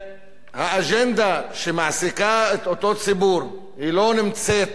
והאג'נדה שמעסיקה את אותו ציבור לא נמצאת